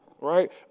Right